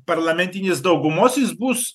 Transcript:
parlamentinės daugumos jis bus